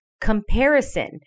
Comparison